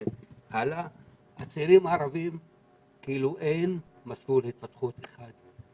אבל לצעירים הערבים אין מסלול התפתחות אחד.